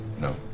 no